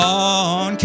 on